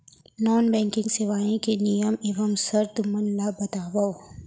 non banking सेवाओं के नियम एवं शर्त मन ला बतावव